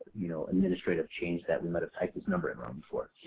you know administrative change that we might have typed this number in wrong